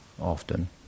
often